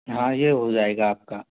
हाँ ये हो जाएगा आपका